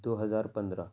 دو ہزار پندرہ